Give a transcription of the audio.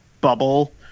bubble